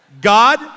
God